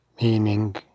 meaning